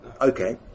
Okay